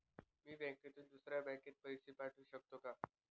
मी एका बँकेतून दुसऱ्या बँकेत पैसे पाठवू शकतो का?